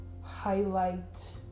highlight